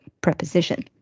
preposition